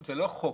זה לא חוק,